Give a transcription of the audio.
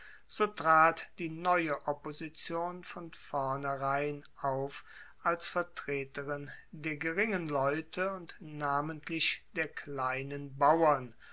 so trat die neue opposition von vornherein auf als vertreterin der geringen leute und namentlich der kleinen bauern